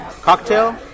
cocktail